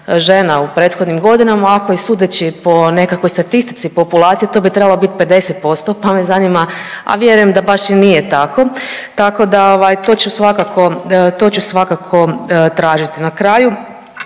žena u prethodnim godinama, ako je sudeći po nekakvoj statistici populacije to bi trebalo biti 50%, pa me zanima, a vjerujem da baš i nije tako, tako da ovaj to ću svakako tražiti. Na kraju